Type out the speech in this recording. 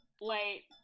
Wait